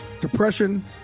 Depression